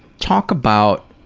talk about,